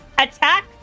Attack